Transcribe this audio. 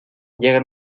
llega